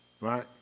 Right